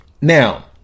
Now